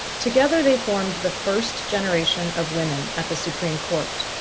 together they formed the first generation of women at the supreme court.